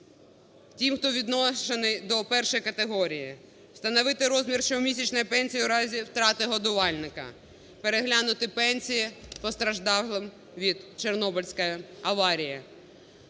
тим, хто віднесений до першої категорії, встановити розмір щомісячної пенсії у разі втрати годувальника, переглянути пенсії постраждалим від Чорнобильської аварії.